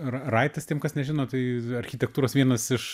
ra raitas tiem kas nežino tai architektūros vienas iš